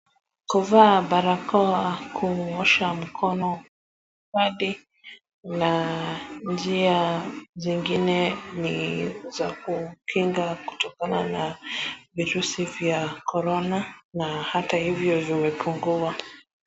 Kuvaa barakoa kuosha mkono na njia zingine ni za kukinga kutokana na virusi za corona na hata hivyo zimepungua.